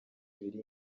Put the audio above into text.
biri